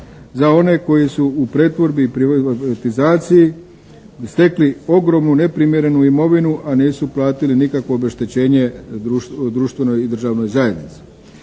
za one koji su u pretvorbi i privatizaciji stekli ogromnu neprimjerenu imovinu a nisu platili nikakvo obeštećenje društvenoj i državnoj zajednici.